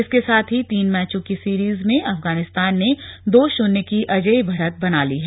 इसके साथ ही तीन मैचों की सीरीज में अफगानिस्तान ने दो शून्य की अजेय बढ़त बना ली है